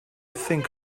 think